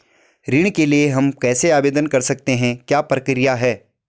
ऋण के लिए हम कैसे आवेदन कर सकते हैं क्या प्रक्रिया है?